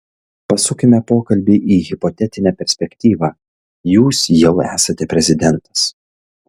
pasukime pokalbį į hipotetinę perspektyvą jūs jau esate prezidentas